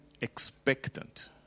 expectant